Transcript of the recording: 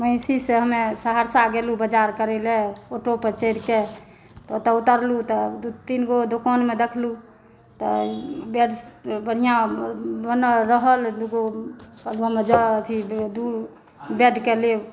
महिषीसॅं हमे सहरसा गेलहुॅं बाज़ार करय लए ऑटो पर चढ़िक तऽ ओतऽ उतरलहुॅं तऽ तीन गो दुकानमे देखलहुॅं तऽ बेड बढ़िआँ बनल रहल दू गो मने जे दू बेड के लेल